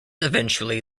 eventually